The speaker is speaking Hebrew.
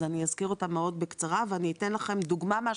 אז אזכיר אותם מאוד בקצרה ואני אתן דוגמה מהשטח.